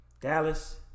Dallas